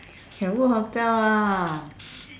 can book hotel lah